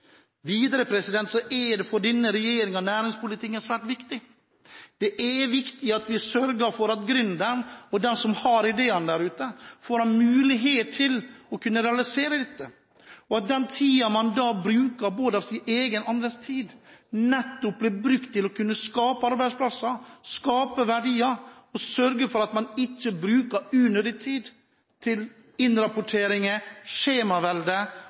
Videre er næringspolitikken svært viktig for denne regjeringen. Det er viktig at vi sørger for at gründeren, og de som har ideene der ute, får mulighet til å kunne realisere dette, og at den tiden man da bruker – både av sin egen og andres tid – blir brukt til å skape arbeidsplasser, skape verdier, at vi sørger for at man ikke bruker unødig tid til innrapporteringer,